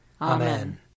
Amen